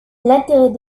l’intérêt